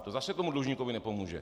To zase tomu dlužníkovi nepomůže.